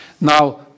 Now